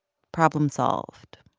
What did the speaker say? problem solved